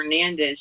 Hernandez